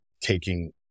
taking